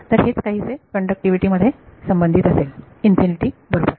तर हेच काहीसे कण्डक्टिविटी मध्ये संबंधित असेल इन्फिनिटी बरोबर